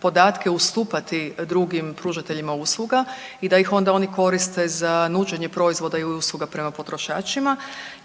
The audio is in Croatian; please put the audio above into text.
podatke ustupati drugim pružateljima usluga i da ih onda oni koriste za nuđenje proizvoda i usluga prema potrošačima